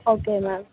okay ma'am